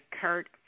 Kurt